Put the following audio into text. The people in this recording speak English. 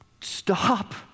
stop